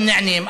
הם נענים.